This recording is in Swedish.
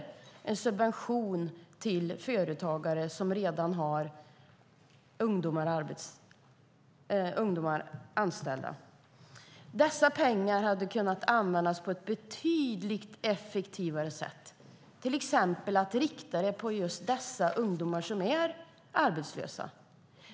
Det är en subvention till företagare som redan har ungdomar anställda. Dessa pengar hade kunnat användas på ett betydligt effektivare sätt och till exempel riktats till de ungdomar som är arbetslösa.